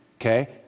Okay